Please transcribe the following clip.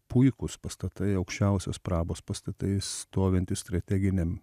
puikūs pastatai aukščiausios prabos pastatai stovintys strateginiam